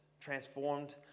transformed